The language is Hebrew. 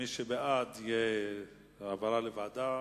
מי שבעד, בעד העברה לוועדה.